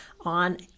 on